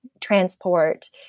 transport